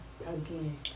Again